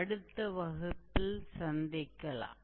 அடுத்த வகுப்பில் சந்திக்கலாம்